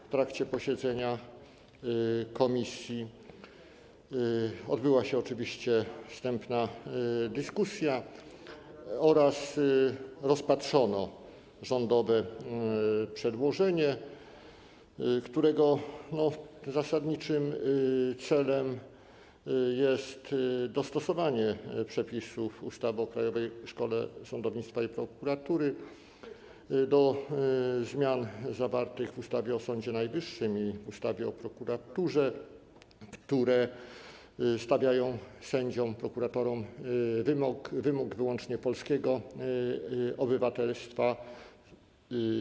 W trakcie posiedzenia komisji odbyła się oczywiście wstępna dyskusja oraz rozpatrzono rządowe przedłożenie, którego zasadniczym celem jest dostosowanie przepisów ustawy o Krajowej Szkole Sądownictwa i Prokuratury do zmian zawartych w ustawie o Sądzie Najwyższym i w ustawie o prokuraturze, które stawiają sędziom i prokuratorom wymóg wyłącznie polskiego obywatelstwa.